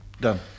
done